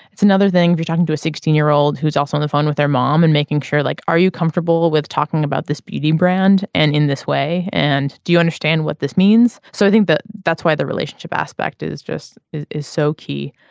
it's another thing you're talking to a sixteen year old who's also the phone with their mom and making sure. like are you comfortable with talking about this bd brand. and in this way. and do you understand what this means. so i think that that's why the relationship aspect is just is so key.